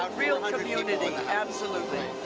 ah real community, absolutely,